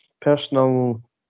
personal